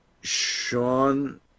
Sean